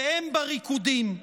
והם בריקודים,